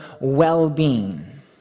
well-being